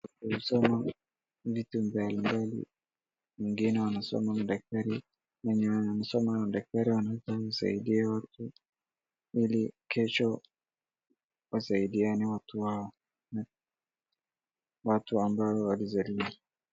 Wanasoma vitu mbalimbali, wengine wanasoma udaktari, wenye wanasoma udaktari wanafaa wasaidie watu ili kesho wasaidiane watu wao, watu ambao walizaliwa.